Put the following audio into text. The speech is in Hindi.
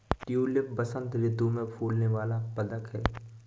ट्यूलिप बसंत ऋतु में फूलने वाला पदक है